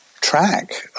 track